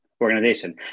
organization